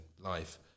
life